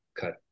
cut